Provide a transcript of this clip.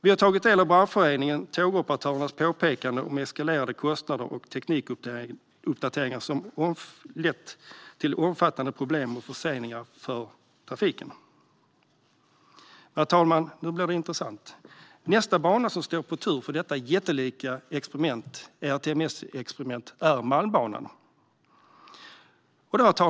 Vi har tagit del av Branschföreningen Tågoperatörernas påpekanden om eskalerande kostnader och teknikuppdateringar som har lett till omfattande problem och förseningar för trafiken. Herr talman! Nu blir det intressant. Nästa bana som står på tur för detta jättelika ERTMS-experiment är Malmbanan.